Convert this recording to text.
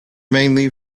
mainly